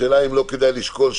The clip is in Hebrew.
השאלה אם לא כדאי לשקול,